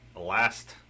last